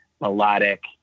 melodic